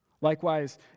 Likewise